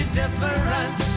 different